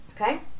Okay